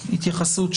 התיר זאת.